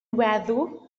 weddw